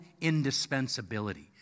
indispensability